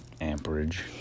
amperage